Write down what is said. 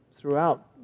throughout